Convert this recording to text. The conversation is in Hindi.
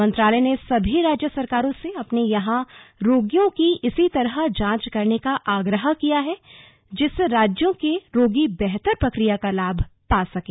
मंत्रालय ने सभी राज्य सरकारों से अपने यहां रोगियों की इसी तरह जांच करने का आग्रह किया है जिससे राज्यों के रोगी बेहतर प्रक्रिया का लाभ पा सकें